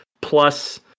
plus